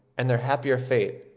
and their happier fate,